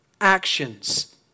actions